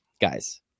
guys